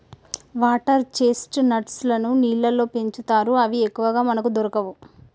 water chestnuts లను నీళ్లల్లో పెంచుతారు అవి ఎక్కువగా మనకు దొరకవు